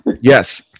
Yes